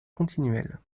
continuels